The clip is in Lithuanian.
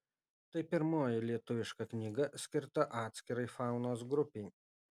tai pirmoji lietuviška knyga skirta atskirai faunos grupei